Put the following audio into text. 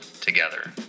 together